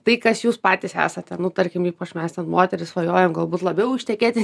tai kas jūs patys esate nu tarkim ypač mes ten moterys svajojam galbūt labiau ištekėti